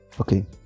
okay